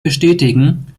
bestätigen